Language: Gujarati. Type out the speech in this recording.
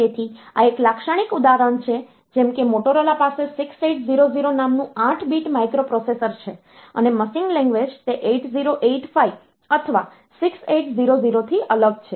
તેથી આ એક લાક્ષણિક ઉદાહરણ છે જેમ કે મોટોરોલા પાસે 6800 નામનું 8 bit માઈક્રોપ્રોસેસર છે અને મશીન લેંગ્વેજ તે 8085 અથવા 6800 થી અલગ છે